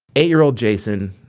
eight-year-old jason,